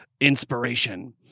inspiration